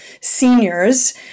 seniors